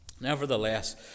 nevertheless